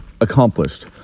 accomplished